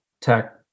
tech